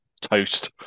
toast